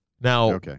now